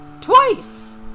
twice